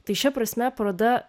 tai šia prasme paroda